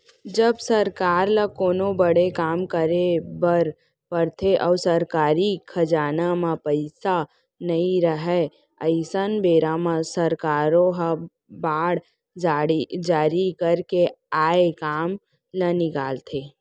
जब सरकार ल कोनो बड़े काम करे बर परथे अउ सरकारी खजाना म पइसा नइ रहय अइसन बेरा म सरकारो ह बांड जारी करके आए काम ल निकालथे